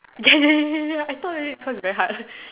ya ya ya ya ya I thought is cause very hard